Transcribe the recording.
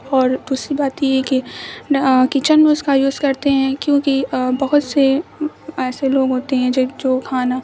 اور دوسری بات یہ ہے کہ کچن میں اس کا یوز کرتے ہیں کیونکہ بہت سے ایسے لوگ ہوتے ہیں جب جو کھانا